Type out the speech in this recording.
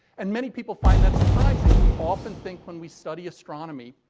and many people find that surprising. we often think, when we study astronomy,